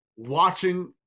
watching